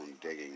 digging